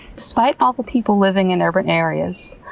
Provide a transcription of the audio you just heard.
despite all the people living in urban areas,